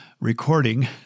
recording